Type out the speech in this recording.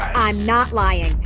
i'm not lying.